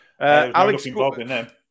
Alex